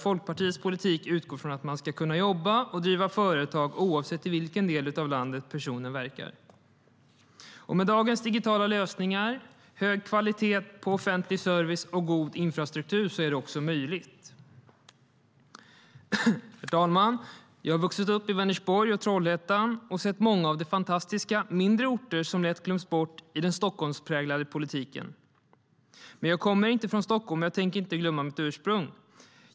Folkpartiets politik utgår från att man ska kunna jobba och driva företag oavsett i vilken del av landet en person verkar. Med dagens digitala lösningar och med hög kvalitet på offentlig service och god infrastruktur är det också möjligt. Herr talman! Jag har vuxit upp i Vänersborg och Trollhättan och sett många av de fantastiska mindre orter som lätt glöms bort i den Stockholmspräglade politiken. Men jag kommer inte från Stockholm, och jag tänker inte glömma mitt ursprung.